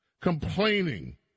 complaining